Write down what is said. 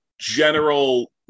general